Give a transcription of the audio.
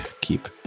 keep